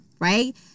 right